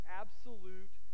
absolute